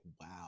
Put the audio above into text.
wow